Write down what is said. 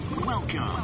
Welcome